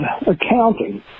accounting